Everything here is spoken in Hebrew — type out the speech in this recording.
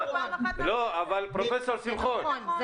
פרופסור שמחון,